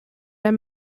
der